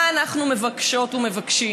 מה אנחנו מבקשות ומבקשים?